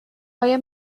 آیا